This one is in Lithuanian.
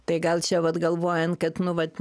tai gal čia vat galvojant kad nu vat